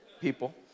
people